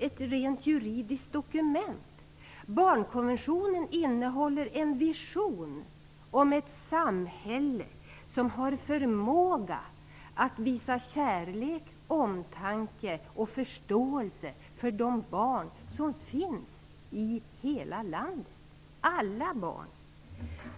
ett rent juridiskt dokument. Den innehåller en vision om ett samhälle som har förmåga att visa kärlek till, omtanke om och förståelse för alla de barn som finns i landet.